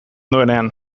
duenean